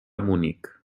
munic